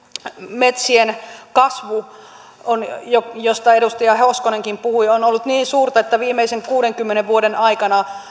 metsien kasvu josta edustaja hoskonenkin puhui on ollut niin suurta että viimeisen kuudenkymmenen vuoden aikana